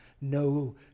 no